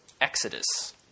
exodus